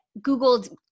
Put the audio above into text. Googled